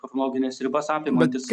technologines ribas apimantis